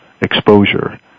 exposure